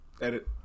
Edit